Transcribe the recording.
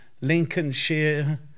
Lincolnshire